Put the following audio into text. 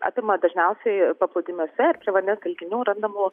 apima dažniausiai paplūdimiuose ar prie vandens telkinių randamų